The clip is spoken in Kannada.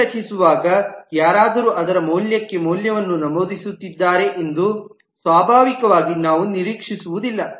ರಜೆ ರಚಿಸುವಾಗ ಯಾರಾದರೂ ಅದರ ಮೌಲ್ಯಕ್ಕೆ ಮೌಲ್ಯವನ್ನು ನಮೂದಿಸುತ್ತಿದ್ದಾರೆ ಎಂದು ಸ್ವಾಭಾವಿಕವಾಗಿ ನಾವು ನಿರೀಕ್ಷಿಸುವುದಿಲ್ಲ